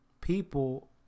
people